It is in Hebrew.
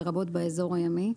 לרבות באזור הימי,